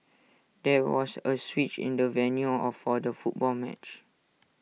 there was A switch in the venue or for the football match